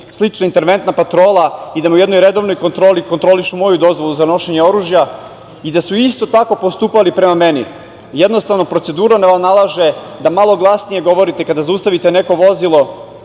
slična interventna patrola i da u jednoj redovnoj kontroli kontrolišu moju dozvolu za nošenje oružja i da su isto tako postupali prema meni. Jednostavno, procedura nalaže da malo glasnije govorite kada zaustavite neko vozilo,